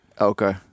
Okay